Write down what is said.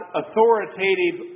authoritative